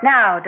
Now